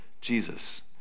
Jesus